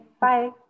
bye